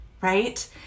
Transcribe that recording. right